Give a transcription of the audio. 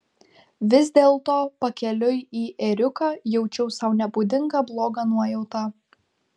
vis dėlto pakeliui į ėriuką jaučiau sau nebūdingą blogą nuojautą